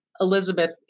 Elizabeth